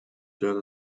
data